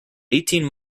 eighteen